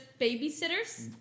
babysitters